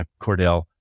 Cordell